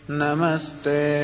namaste